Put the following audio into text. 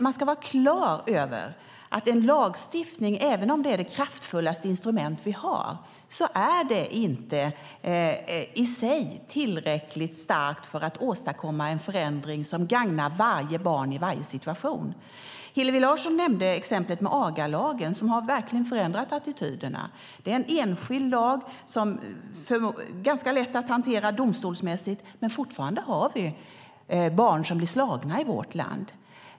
Man ska vara klar över att en lagstiftning, även om det är det kraftfullaste instrument vi har, inte i sig är tillräckligt stark för att åstadkomma en förändring som gagnar varje barn i varje situation. Hillevi Larsson nämnde exemplet med lagen mot aga som verkligen har förändrat attityderna. Det är en enskild lag som är ganska lätt att hantera domstolsmässigt. Men fortfarande har vi barn som blir slagna i vårt land.